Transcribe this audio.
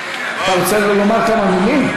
אתה רוצה לומר כמה מילים?